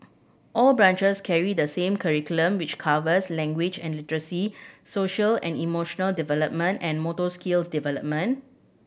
all branches carry the same curriculum which covers language and literacy social and emotional development and motor skills development